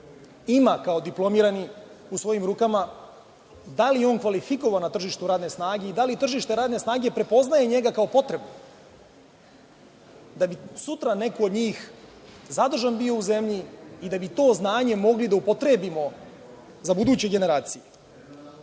ima, kao diplomirani, u svojim rukama, da li je on kvalifikovan na tržištu radne snage i da li tržište radne snage prepoznaje njega kao potrebu, da bi sutra neko od njih zadržan bio u zemlji i da bi to znanje mogli da upotrebimo za buduće generacije?